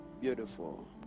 beautiful